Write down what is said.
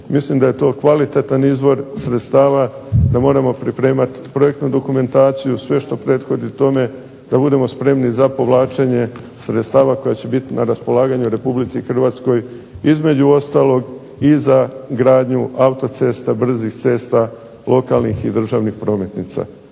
mislim da je to kvalitetan izvor sredstava, da moramo pripremati projektnu dokumentaciju sve što prethodi tome, da budemo spremni za povlačenje sredstava koji će biti na raspolaganju Republici Hrvatskoj između ostalog i za gradnju autocesta, brzih cesta, lokalnih i državnih prometnica.